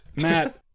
Matt